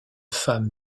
femme